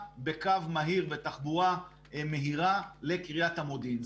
בקו מהיר בתחבורה מהירה לקריית המודיעין.